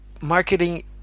marketing